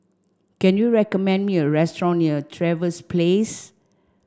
can you recommend me a restaurant near Trevose Place